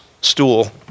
stool